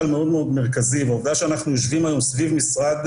רק לאחרונה אנחנו העברנו תוכנית בנושא של נשים על רצף הזנות.